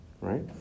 right